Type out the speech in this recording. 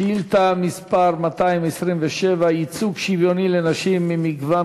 שאילתה מס' 227: ייצוג שוויוני לנשים ממגוון